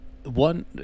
One